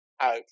out